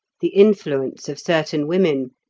the influence of certain women,